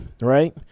right